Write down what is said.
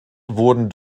wurden